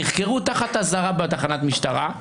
נחקרו תחת אזהרה בתחנת המשטרה,